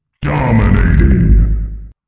Dominating